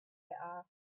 asked